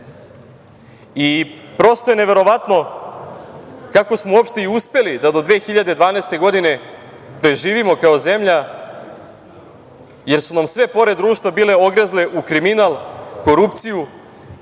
u pitanju. Prosto je neverovatno kako smo uopšte i uspeli da do 2012. godine preživimo kao zemlja, jer su nam sve pore društva bile ogrezle u kriminal, korupciju